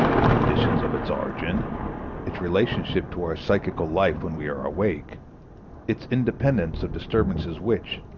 the conditions of its origin its relationship to our psychical life when we are awake its independence of disturbances which,